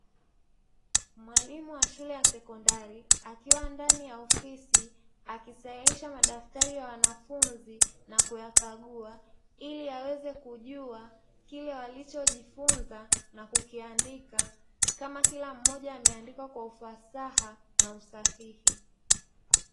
Mwalimu wa shule ya sekondari akiwa ndani ya ofisi, akisahihisha madaftari ya wanafunzi na kuyakagua; ili aweze kujua kile walichojifunza na kukiandika kama kila mmoja amendika kwa ufasaha na usahihi.